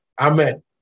Amen